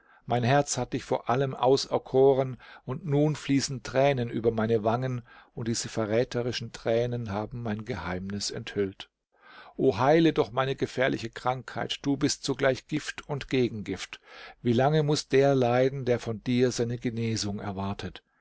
mein herz hat dich vor allen auserkoren und nun fließen tränen über meine wangen und diese verräterischen tränen haben mein geheimnis enthüllt o heile doch meine gefährliche krankheit du bist zugleich gift und gegengift wie lange muß der leiden der von dir seine genesung erwartet